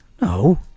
No